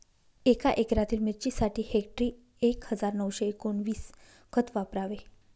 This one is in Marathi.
एका एकरातील मिरचीसाठी हेक्टरी एक हजार नऊशे एकोणवीस खत वापरावे